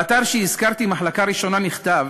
באתר שהזכרתי, "מחלקה ראשונה", נכתב